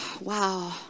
Wow